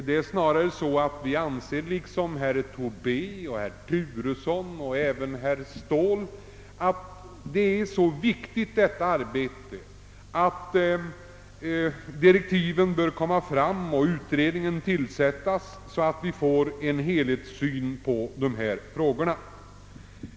Det är snarare så att vi — liksom herr Tobé, herr Turesson och även herr Ståhl — anser att detta arbete är så viktigt, att direktiven bör utformas och utredningen tillsättas snarast möjligt för att vi skall få en helhetssyn på dessa frågor.